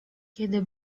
kiedy